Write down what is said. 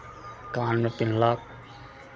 कानमे पेन्हलक